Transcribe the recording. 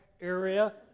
area